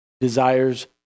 desires